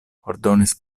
ordonis